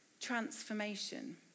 transformation